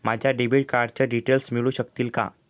माझ्या डेबिट कार्डचे डिटेल्स मिळू शकतील का?